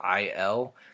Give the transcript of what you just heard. il